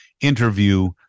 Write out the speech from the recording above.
interview